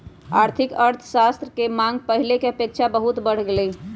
आर्थिक अर्थशास्त्र के मांग पहिले के अपेक्षा बहुते बढ़लइ ह